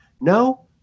No